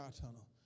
tunnel